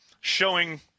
showing